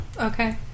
okay